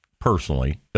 personally